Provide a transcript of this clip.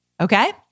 okay